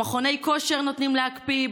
במכוני כושר נותנים להקפיא,